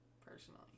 Personally